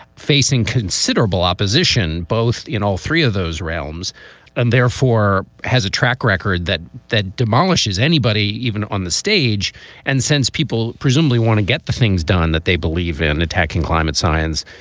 facing considerable opposition both in all three of those realms and therefore has a track record that that demolishes anybody even on the stage and sends people presumably want to get the things done that they believe in attacking climate science,